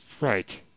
Right